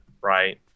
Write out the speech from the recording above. right